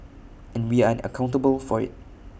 and we are accountable for IT